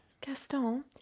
Gaston